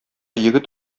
егет